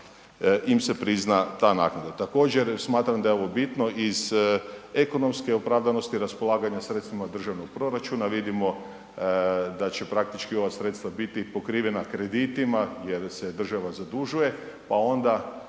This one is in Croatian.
im se prizna ta naknada. Također smatram da je ovo bitno iz ekonomske opravdanosti raspolaganja sredstvima državnog proračuna, vidimo da će praktički ova sredstva biti pokrivena kreditima jer se država zadužuje, pa onda